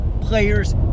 players